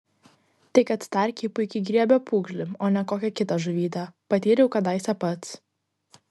tai kad starkiai puikiai griebia pūgžlį o ne kokią kitą žuvytę patyriau kadaise pats